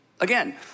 Again